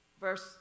Verse